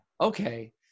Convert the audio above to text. Okay